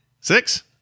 Six